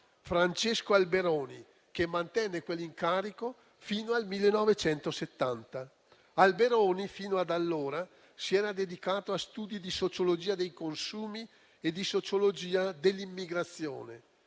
Francesco Alberoni, che mantenne quell'incarico fino al 1970. Alberoni fino ad allora si era dedicato a studi di sociologia dei consumi e di sociologia dell'immigrazione.